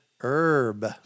herb